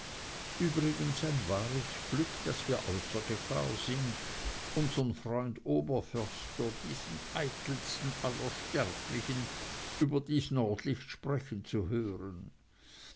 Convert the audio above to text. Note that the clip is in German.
übrigens ein wahres glück daß wir außer gefahr sind unsern freund oberförster diesen eitelsten aller sterblichen über dies nordlicht sprechen zu hören